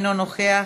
אינו נוכח,